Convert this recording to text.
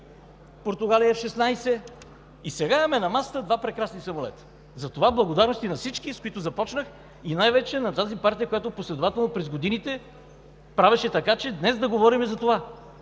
Португалия, F-16, и сега имаме на масата два прекрасни самолета. Затова благодарности на всички, с които започнах, и най-вече на партията, която последователно през годините правеше така, че днес да говорим за това.